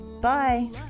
Bye